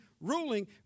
ruling